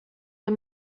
der